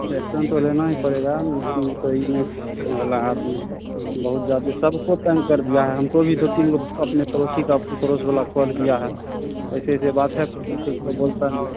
action तो लेना ही पड़ेगा नहीं तो ई नहीं सुधरने वाला आदमी बहुत ज़्यादा सबको तंग कर दिया है हमको भी दो तीन लोग अपने पड़ोसी का पड़ोस वाला कॉल किया है ऐसी ऐसी बात है कोई कुछ इस पर बोलता नहीं